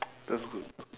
that's good